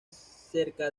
cerca